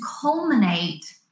culminate